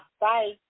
Bye